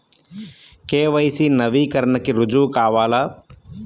KYC నవీకరణకి రుజువు కావాలా?